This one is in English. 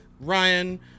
ryan